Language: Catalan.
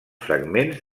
fragments